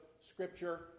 Scripture